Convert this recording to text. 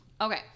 Okay